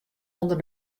ûnder